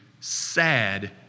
sad